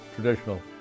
traditional